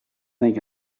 think